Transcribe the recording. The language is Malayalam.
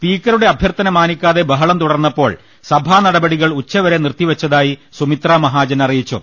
സ്പീക്കറുടെ അഭ്യർത്ഥന മാനിക്കാതെ ബഹളം തുടർന്നപ്പോൾ സഭാനടപടികൾ ഉച്ച വരെ നിർത്തിവെച്ചതായി സുമിത്രാമഹാജൻ അറിയിച്ചു